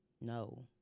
no